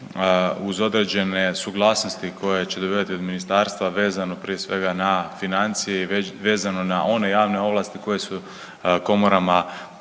uz određene suglasnosti koje će dobivati od ministarstva vezano prije svega na financije i vezano na one javne ovlasti koje su komorama spuštene.